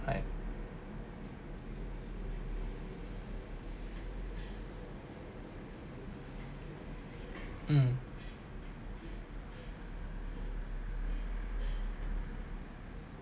like mm